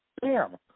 Bam